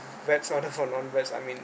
veg order for non-veg I mean